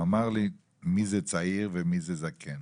הוא אמר לי: מי זה צעיר ומי זה זקן?